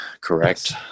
Correct